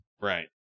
right